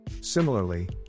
Similarly